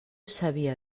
sabia